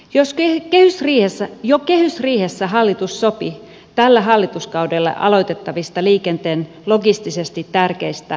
jos oli ministeriössä jo kehysriihessä hallitus sopi tällä hallituskaudella aloitettavista liikenteen logistisesti tärkeistä